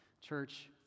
Church